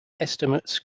estimates